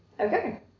Okay